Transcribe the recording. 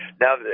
Now